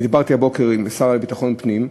דיברתי הבוקר עם השר לביטחון פנים,